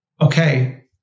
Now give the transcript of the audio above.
Okay